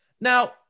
Now